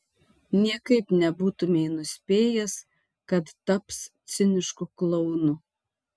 niekaip nebūtumei nuspėjęs kad taps cinišku klounu